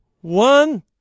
one